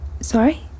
Sorry